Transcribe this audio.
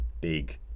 big